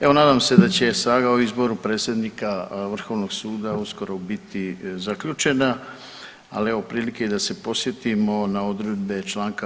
Evo nadam se da će saga o izboru predsjednika Vrhovnog suda uskoro biti zaključena, ali evo prilike da se podsjetimo na odredbe čl.